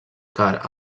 car